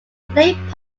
lake